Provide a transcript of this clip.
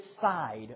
side